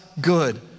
good